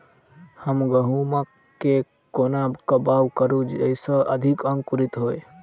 हम गहूम केँ कोना कऽ बाउग करू जयस अधिक अंकुरित होइ?